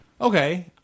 Okay